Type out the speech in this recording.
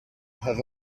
have